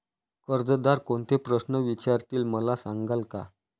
कर्जदार कोणते प्रश्न विचारतील, मला सांगाल का?